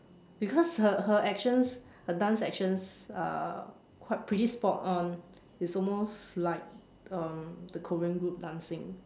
because her her actions her dance actions are quite pretty spot on it's almost like um the Korean group dancing